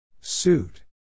Suit